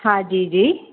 हा जी जी